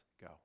go